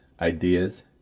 ideas